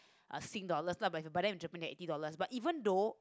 a sing dollars not but but then in Japan is eighty dollars but even though